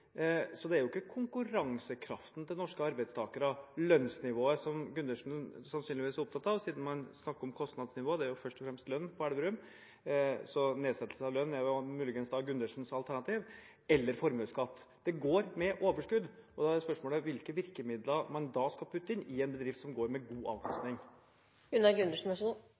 det er ikke konkurransekraften til norske arbeidstakere, lønnsnivået, som Gundersen sannsynligvis er opptatt av siden man snakker om kostnadsnivået, og det er jo først og fremst lønn på Elverum, så nedsettelse av lønn er muligens Gundersens alternativ, eller formuesskatt. Det går med overskudd, og da er spørsmålet hvilke virkemidler man skal putte inn i en bedrift som går med god avkastning.